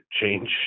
change